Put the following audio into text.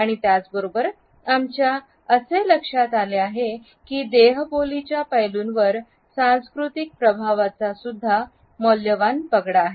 आणि त्याचबरोबर आमच्या असे लक्षात आले की देह बोलींच्या पैलूवर सांस्कृतिक प्रभावाचा सुद्धा मौल्यवान पगडा आहे